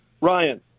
ryan